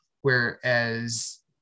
whereas